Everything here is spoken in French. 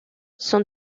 son